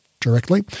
directly